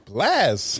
Blast